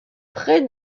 près